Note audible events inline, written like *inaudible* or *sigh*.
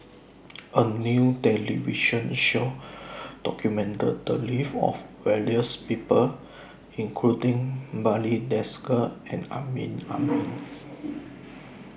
A New television Show documented The Lives of various People including Barry Desker and Amrin Amin *noise*